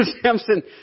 Samson